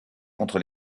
contre